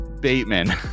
Bateman